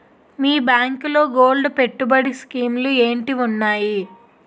మీ బ్యాంకులో గోల్డ్ పెట్టుబడి స్కీం లు ఏంటి వున్నాయి?